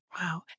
Wow